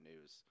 news